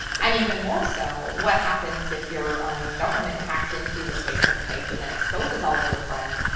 and even more so, what happens if your own government hacks into your facebook page and then exposes all of your friends?